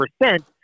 percent